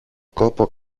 κόπο